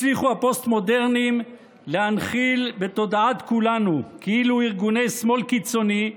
הצליחו הפוסט-מודרניים להנחיל בתודעת כולנו כאילו ארגוני שמאל קיצוני,